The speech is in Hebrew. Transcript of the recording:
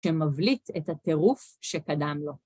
שמבליט את הטירוף שקדם לו.